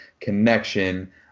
connection